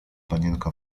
panienka